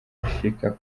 ashika